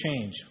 change